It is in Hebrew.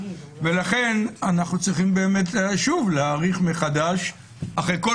ולכן אנחנו צריכים שוב להעריך מחדש אחרי כל